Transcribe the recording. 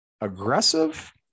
aggressive